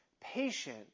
patient